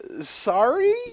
sorry